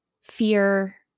fear